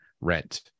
rent